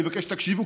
אני מבקש שתקשיבו,